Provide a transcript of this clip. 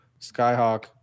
Skyhawk